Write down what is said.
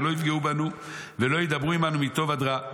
שלא יפגעו בנו ולא ידברו עימנו מטוב עד רע,